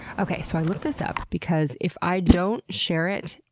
ok, so i looked this up because if i don't share it,